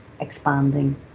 expanding